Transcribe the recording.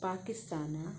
Pakistan